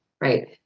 right